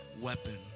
weapon